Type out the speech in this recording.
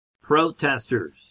protesters